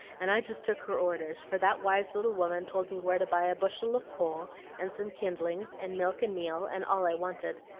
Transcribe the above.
and i just took her orders for that wise little woman told me where to buy a bushel of coal and some kindlings, and milk and meal, and all i wanted.